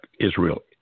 Israel